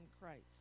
Christ